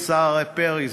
השר פרי,